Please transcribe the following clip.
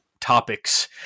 topics